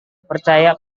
percaya